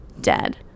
Dead